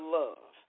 love